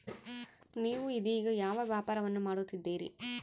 ನೇವು ಇದೇಗ ಯಾವ ವ್ಯಾಪಾರವನ್ನು ಮಾಡುತ್ತಿದ್ದೇರಿ?